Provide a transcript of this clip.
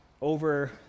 over